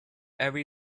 every